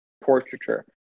portraiture